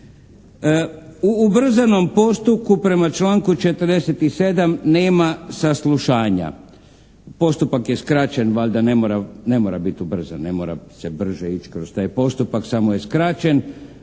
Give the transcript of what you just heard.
U ubrzanom postupku prema članku 47. nema saslušanja. Postupak je skraćen valjda ne mora biti ubrzan, ne mora se brže ići kroz taj postupak. Samo je skraćen.